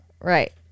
Right